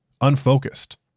Unfocused